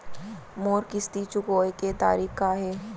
मोर किस्ती चुकोय के तारीक का हे?